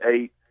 Eight